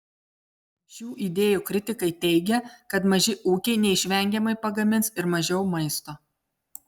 šių idėjų kritikai teigia kad maži ūkiai neišvengiamai pagamins ir mažiau maisto